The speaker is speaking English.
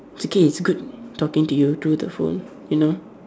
it's okay it's good talking to you through the phone you know